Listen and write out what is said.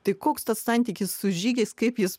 tai koks santykis su žygiais kaip jis